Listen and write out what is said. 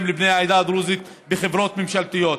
לבני העדה הדרוזית בחברות ממשלתיות.